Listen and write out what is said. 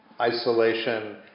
isolation